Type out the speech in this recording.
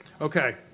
Okay